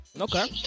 Okay